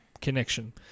connection